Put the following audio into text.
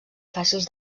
fàcils